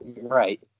Right